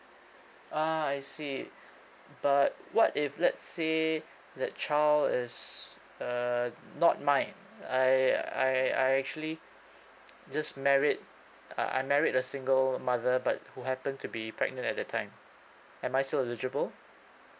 uh I see but what if let's say that child is uh not mine I I I actually just married uh I'm married a single mother but who happen to be pregnant at the time am I still eligible